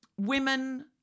women